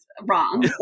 wrong